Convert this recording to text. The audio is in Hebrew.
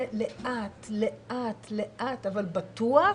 זה לאט לאט אבל בטוח,